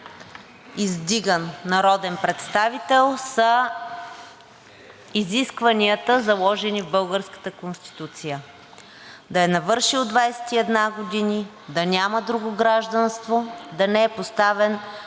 издиган народен представител, са изискванията, заложени в българската Конституция – да е навършил 21 години, да няма друго гражданство, да не е поставен